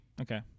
Okay